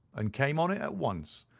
and came on it at once.